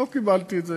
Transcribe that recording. לא קיבלתי את זה.